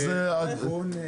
בסדר.